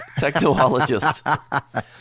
Technologist